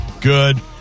Good